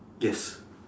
yes